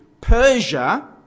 Persia